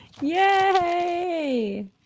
Yay